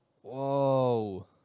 whoa